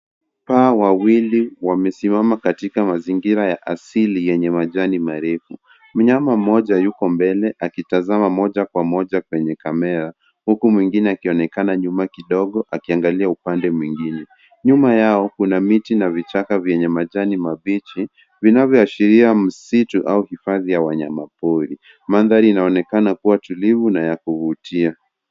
Wanyama wawili wamesimama katika eneo la asili lenye majani mengi. Mnyama mmoja yuko mbele, akitazama moja kwa moja kwenye kamera, wakati mwingine yuko nyuma kidogo, akiangalia upande mwingine. Nyuma yao kuna miti na vichaka vyenye majani mabichi. Mandhari hii inaashiria kuwa wanyama hawa wako msituni au katika hifadhi ya wanyama. Udongo na mazingira unaonekana kuwa wa asili na salama.